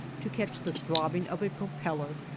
to catch the throbbing of a propeller,